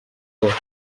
byajya